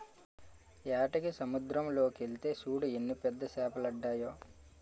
ఏటకి సముద్దరం లోకెల్తే సూడు ఎన్ని పెద్ద సేపలడ్డాయో